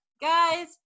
guys